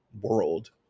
world